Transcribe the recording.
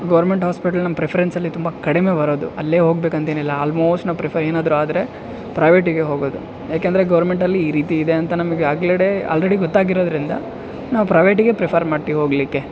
government hospital ನಮ್ಮ ಪ್ರಿಫರೆನ್ಸಲ್ಲಿ ತುಂಬ ಕಡಿಮೆ ಬರೋದು ಅಲ್ಲೇ ಹೋಗ್ಬೇಕು ಅಂತೇನಿಲ್ಲ ಆಲ್ಮೋಸ್ಟ್ ನಾವು ಪ್ರಿಫರ್ ಏನಾದ್ರೂ ಆದರೆ ಪ್ರೈವೇಟಿಗೆ ಹೋಗೋದು ಏಕೆಂದ್ರೆ ಗೌರ್ಮೆಂಟಲ್ಲಿ ಈ ರೀತಿ ಇದೆ ಅಂತ ನಮಗೆ ಅಗ್ಲಾಡೆ ಆಲ್ರೆಡಿ ಗೊತ್ತಾಗಿರೋದರಿಂದ ನಾವು ಪ್ರೈವೇಟಿಗೆ ಪ್ರಿಫರ್ ಮಾಡ್ತೀವಿ ಹೋಗಲಿಕ್ಕೆ